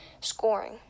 scoring